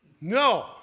No